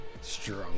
Strong